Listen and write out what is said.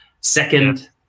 Second